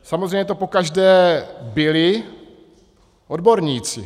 Samozřejmě to pokaždé byli odborníci.